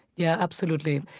yeah, absolutely.